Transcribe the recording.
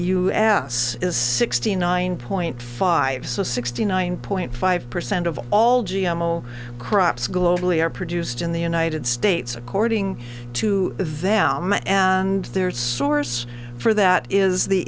ass is sixty nine point five so sixty nine point five percent of all g m o crops globally are produced in the united states according to them and their source for that is the